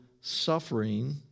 suffering